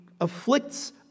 afflicts